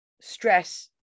stress